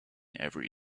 every